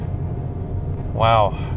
Wow